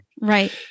Right